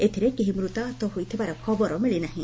ଏଥିରେ କେହି ମୃତାହତ ହୋଇଥିବାର ଖବର ମିଳି ନାହିଁ